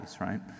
right